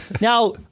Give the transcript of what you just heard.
Now